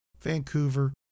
Vancouver